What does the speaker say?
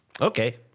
Okay